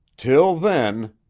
till then,